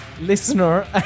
Listener